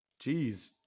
Jeez